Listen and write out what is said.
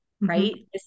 right